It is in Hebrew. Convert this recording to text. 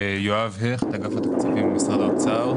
נירה, בבקשה.